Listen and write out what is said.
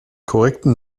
korrekten